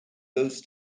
goes